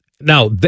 Now